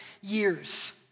years